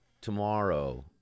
tomorrow